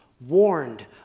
warned